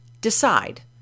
decide